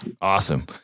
Awesome